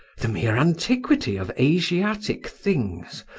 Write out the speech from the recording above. the mere antiquity of asiatic things,